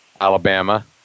Alabama